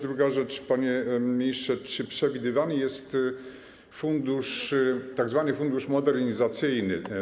Druga rzecz, panie ministrze, czy przewidywany jest tzw. fundusz modernizacyjny?